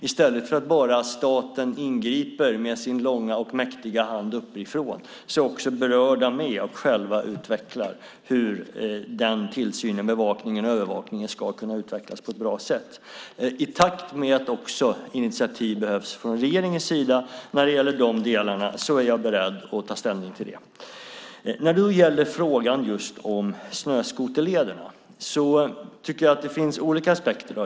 I stället för att staten bara ingriper med sin långa arm och sin mäktiga hand uppifrån är de berörda med och utvecklar själva hur tillsynen, bevakningen och övervakningen ska kunna göras på ett bra sätt. I takt med att också initiativ behövs från regeringens sida när det gäller de delarna är jag beredd att ta ställning till det. När det gäller frågan om snöskoterlederna tycker jag att det finns olika aspekter.